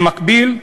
במקביל,